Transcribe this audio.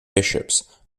bishops